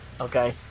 Okay